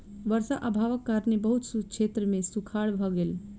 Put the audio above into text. वर्षा अभावक कारणेँ बहुत क्षेत्र मे सूखाड़ भ गेल